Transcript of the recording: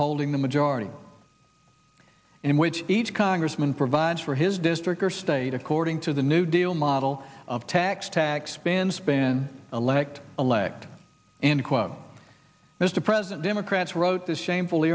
holding the majority in which each congressman provides for his district or state according to the new deal model of tax tax band spin elect elect and cuomo mr president democrats wrote this shameful